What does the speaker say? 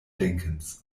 denkens